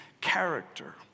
character